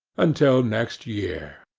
until next year!